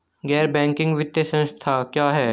गैर बैंकिंग वित्तीय संस्था क्या है?